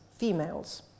females